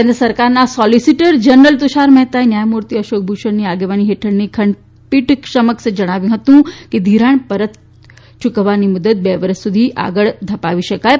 કેન્દ્ર સરકારના solicitor general Tushar મહેતાએ ન્યાયમૂર્તિ અશોક ભૂષણની આગેવાની હેઠળની ખંડપીઠ સમક્ષ જણાવ્યું હતું કે ઘિરાણ પરત યૂકવવાની મુદત બે વરસ સુધી આગળ ધપાવી શકાય છે